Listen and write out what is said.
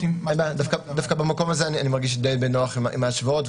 --- דווקא במקום הזה אני מרגיש די בנוח עם ההשוואות,